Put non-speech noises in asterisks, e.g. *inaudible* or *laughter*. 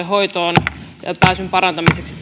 *unintelligible* hoitoon pääsyn parantamiseksi *unintelligible*